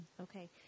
Okay